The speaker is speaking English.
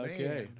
Okay